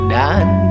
done